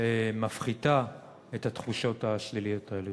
מפחית את התחושות השליליות האלה.